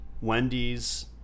Wendy's